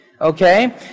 okay